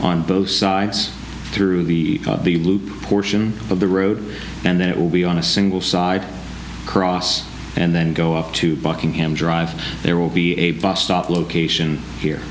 on both sides through the loop portion of the road and then it will be on a single side cross and then go up to buckingham drive there will be a bus stop location here